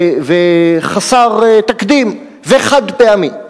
וחסר תקדים, וחד-פעמי.